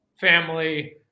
family